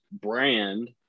brand